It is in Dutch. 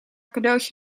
cadeautje